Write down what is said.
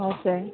okay